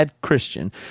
christian